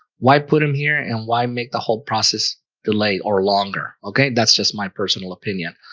why put him here and why make the whole process delay or longer? okay, that's just my personal opinion.